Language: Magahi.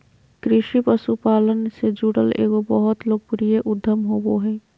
कृषि पशुपालन से जुड़ल एगो बहुत लोकप्रिय उद्यम होबो हइ